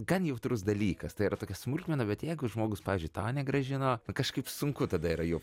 gan jautrus dalykas tai yra tokia smulkmena bet jeigu žmogus pavyzdžiui tau negrąžino kažkaip sunku tada yra juo